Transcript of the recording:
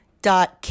dot